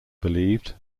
believed